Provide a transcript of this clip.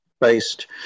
based